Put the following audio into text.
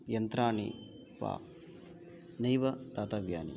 यन्त्राणि वा नैव दातव्यानि